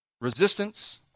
Resistance